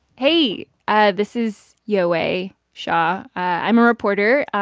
hey. ah this is yowei shaw. i'm a reporter,